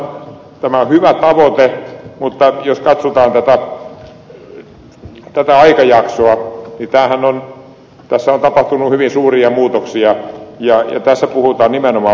kuitenkin tämä on hyvä tavoite mutta jos katsotaan tätä aikajaksoa tässä on tapahtunut hyvin suuria muutoksia ja tässä puhutaan nimenomaan menojen osalta